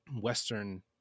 Western